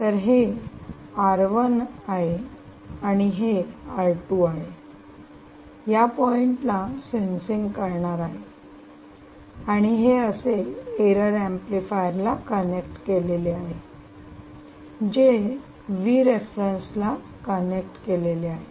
तर हे आणि हे आहे या पॉईंट ला सेन्सिंग करणार आहे आणि हे असे एरर एम्पलीफायर ला कनेक्ट केलेले आहे जे ला कनेक्ट केलेले आहे